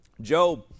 Job